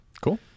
Cool